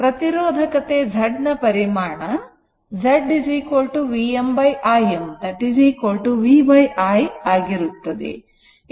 ಪ್ರತಿರೋಧಕತೆ Z ನ ಪರಿಮಾಣ Z Vm Im V I ಆಗುತ್ತದೆ